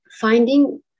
finding